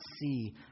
see